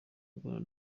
aganira